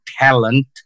talent